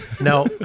No